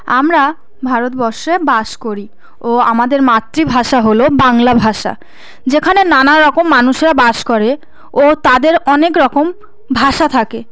আমরা ভারতবর্ষে বাস করি ও আমাদের মাতৃভাষা হলো বাংলা ভাষা যেখানে নানা রকম মানুষরা বাস করে ও তাদের অনেক রকম ভাষা থাকে